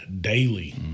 daily